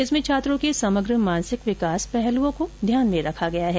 इसमें छात्रों के समग्र मानसिक विकास पहलुओं को ध्यान में रखा गया है